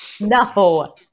No